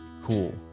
cool